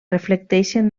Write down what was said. reflecteixen